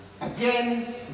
Again